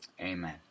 amen